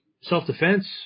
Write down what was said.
self-defense